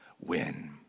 win